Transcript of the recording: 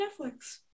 netflix